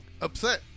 upset